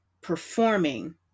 performing